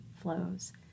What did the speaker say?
flows